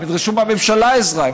הם ידרשו מהממשלה עזרה,